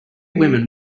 women